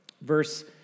verse